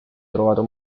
trovato